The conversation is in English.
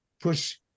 push